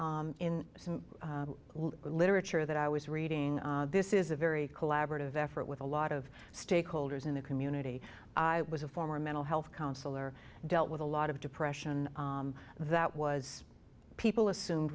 the literature that i was reading this is a very collaborative effort with a lot of stakeholders in the community i was a former mental health counselor dealt with a lot of depression that was people assumed